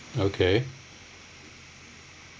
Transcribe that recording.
okay